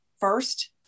first